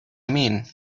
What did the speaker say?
mean